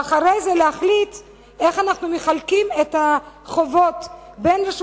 ואחרי זה להחליט איך אנחנו מחלקים את החובות בין רשות